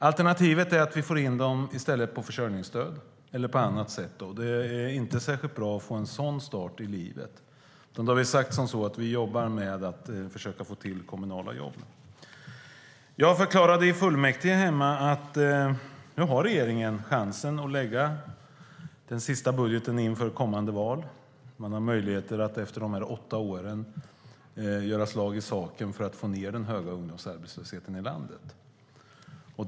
Alternativet är försörjningsstöd eller annat, och det är inte särskilt bra att få en sådan start i livet. Därför har vi sagt att vi ska jobba med att försöka få fram kommunala jobb. Jag förklarade i fullmäktige hemma att regeringen nu har chansen att lägga fram sin sista budget inför kommande val och efter åtta år göra slag i saken för att få ned den höga ungdomsarbetslösheten i landet.